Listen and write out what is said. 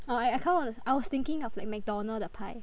oh I I I come out wa~ I was thinking of like McDonald 的 pie